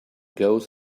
goes